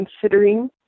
considering